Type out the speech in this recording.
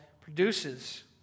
produces